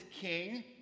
king